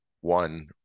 one